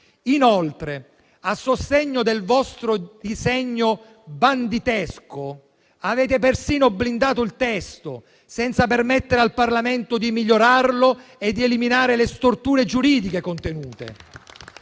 Inoltre, a sostegno del vostro disegno banditesco, avete persino blindato il testo, senza permettere al Parlamento di migliorarlo e di eliminare le storture giuridiche in esso